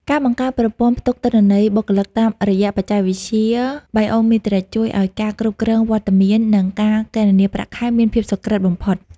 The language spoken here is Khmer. ការបង្កើតប្រព័ន្ធផ្ទុកទិន្នន័យបុគ្គលិកតាមរយៈបច្ចេកវិទ្យា Biometric ជួយឱ្យការគ្រប់គ្រងវត្តមាន និងការគណនាប្រាក់ខែមានភាពសុក្រឹតបំផុត។